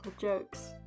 jokes